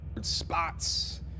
Spots